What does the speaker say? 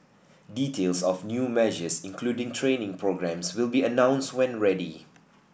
details of new measures including training programmes will be announced when ready